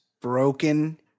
broken